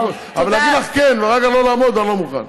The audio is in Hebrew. אבל להגיד לך כן ואחר כך לא לעמוד בזה אני לא מוכן.